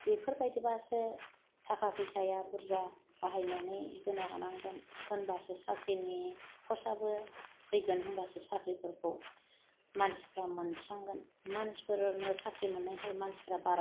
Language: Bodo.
बेफोरबायदिब्लासो थाखा फैसाया बुरजा बाहायनानै होनो हानांगोन होनब्लासो साख्रिनि पस्ट आबो फैगोन होनब्लासो साख्रिफोरखौ